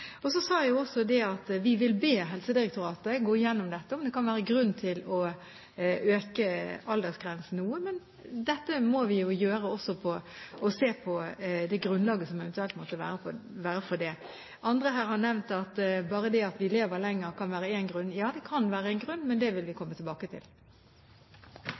Så sa jeg også at vi vil be Helsedirektoratet gå igjennom dette og se på om det kan være grunn til å øke aldersgrensen noe. Men dette må vi jo gjøre også ved å se på det grunnlaget som eventuelt måtte være for det. Andre her har nevnt at bare det at vi lever lenger, kan være én grunn. Ja, det kan være en grunn, men det vil vi komme tilbake til.